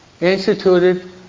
instituted